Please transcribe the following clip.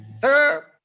Sir